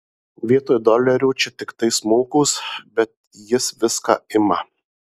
vietoj dolerių čia tiktai smulkūs bet jis viską ima